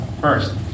First